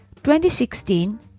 2016